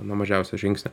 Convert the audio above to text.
nuo mažiausio žingsnio